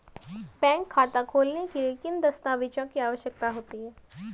Bank खाता खोलने के लिए किन दस्तावेज़ों की आवश्यकता होती है?